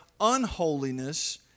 unholiness